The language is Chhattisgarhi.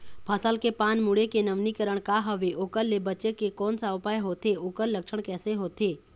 फसल के पान मुड़े के नवीनीकरण का हवे ओकर ले बचे के कोन सा उपाय होथे ओकर लक्षण कैसे होथे?